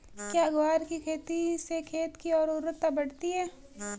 क्या ग्वार की खेती से खेत की ओर उर्वरकता बढ़ती है?